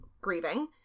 grieving